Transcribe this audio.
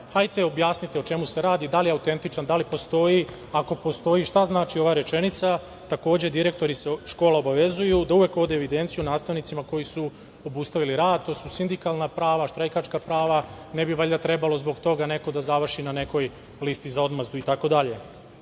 hajte objasnite o čemu se radi, da li je autentičan, da li postoji? Ako postoji šta znači ova rečenica. Takođe, direktori škola se obavezuju da uvek vode evidenciju nastavnicima koji su obustavili rad, to su sindikalna prava, štrajkačka prava, ne bi valjda trebalo zbog toga neko da završi na nekoj listi za odmazdu